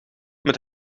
met